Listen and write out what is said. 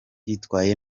yitwaye